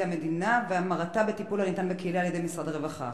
המדינה והמרתה בטיפול הניתן בקהילה על-ידי משרד הרווחה.